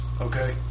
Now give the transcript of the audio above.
okay